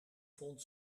vond